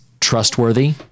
trustworthy